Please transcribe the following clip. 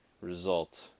result